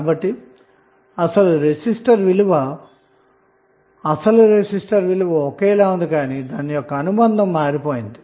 కాబట్టి అసలు రెసిస్టర్ విలువ ఒకేలా ఉంది కానీ దాని యొక్క అనుబంధం మారిపోయింది